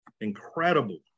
incredible